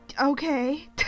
okay